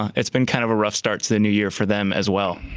it's been kind of a rough start to the new year for them, as well.